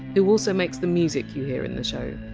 who also makes the music you hear in the show.